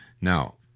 Now